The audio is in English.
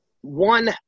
one